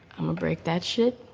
i'm a break that shit.